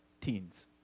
teens